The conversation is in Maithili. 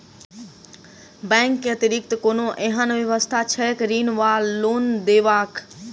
बैंक केँ अतिरिक्त कोनो एहन व्यवस्था छैक ऋण वा लोनदेवाक?